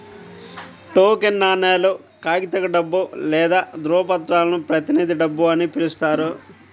token నాణేలు, కాగితపు డబ్బు లేదా ధ్రువపత్రాలను ప్రతినిధి డబ్బు అని పిలుస్తారు